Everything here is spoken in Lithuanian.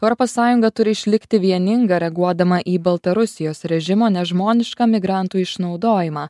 europos sąjunga turi išlikti vieninga reaguodama į baltarusijos režimo nežmonišką migrantų išnaudojimą